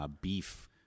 beef